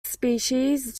species